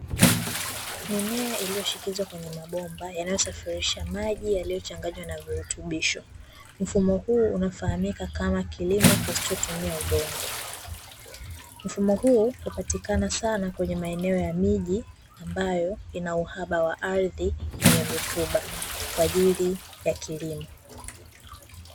Mimea iliyoshikizwa kwenye mabomba yanayosafirisha maji yaliyochanganywa na virutubisho. Mfumo huu unafahamika kama kilimo kisichotumia udongo. Mfumo huu hupatikana sana kwenye maeneo ya miji, ambayo ina uhaba wa ardhi yenye rutuba kwa ajili ya kilimo.